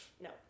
No